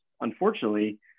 unfortunately